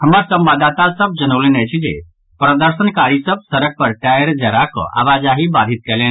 हमर संवाददाता सभ जनौलनि अछि जे प्रदर्शनकारी सभ सड़क पर टायर जराकऽ आवाजाही बाधित कयलनि